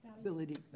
ability